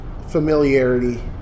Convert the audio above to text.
familiarity